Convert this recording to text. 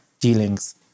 dealings